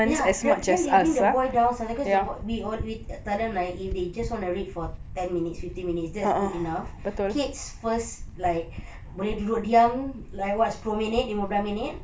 ya then they bring the boy down suddenly cause we we tell them like if they just want to read for ten minutes fifteen minutes that's good enough kids first like boleh duduk diam like what sepuluh minit lima belas minit